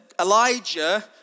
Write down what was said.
Elijah